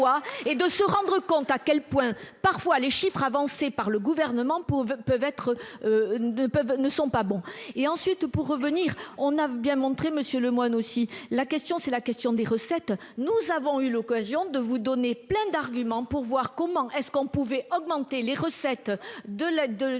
et de se rendre compte à quel point parfois les chiffres avancés par le gouvernement pour peuvent être. Ne peuvent, ne sont pas bons, et ensuite pour revenir, on a bien montré Monsieur Lemoine aussi la question, c'est la question des recettes. Nous avons eu l'occasion de vous donner plein d'arguments pour voir comment est-ce qu'on pouvait augmenter les recettes. De l'aide